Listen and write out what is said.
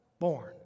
born